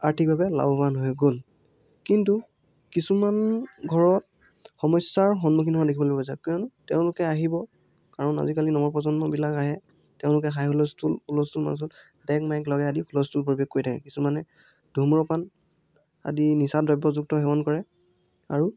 আৰ্থিকভাৱে লাভবান হৈ গ'ল কিন্তু কিছুমান ঘৰত সমস্যাৰ সন্মুখীন হোৱা দেখিবলৈ পোৱা গৈছে কাৰণ তেওঁলোকে আহিব কাৰণ আজিকালি নৱপ্ৰজন্মবিলাক আহে তেওঁলোকে হাই হুলস্থুল হুলস্থুলৰ মাজত ডেক মাইক লগাই আদিও হুলস্থুল পৰিৱেশ কৰি থাকে কিছুমানে ধ্ৰুম্ৰপান আদি নিচা দ্ৰব্যযুক্ত সেৱন কৰে আৰু